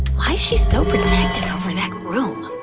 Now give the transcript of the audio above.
why's she so protective over that room?